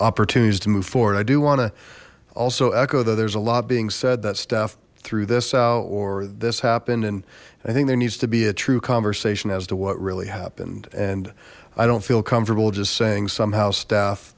opportunities to move forward i do want to also echo though there's a lot being said that staff threw this out or this happened and i think there needs to be a true conversation as to what really happened and i don't feel comfortable just saying somehow staff